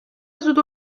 زود